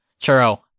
Churro